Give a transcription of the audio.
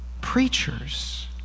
preachers